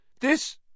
This